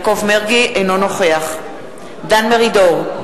אינו נוכח דן מרידור,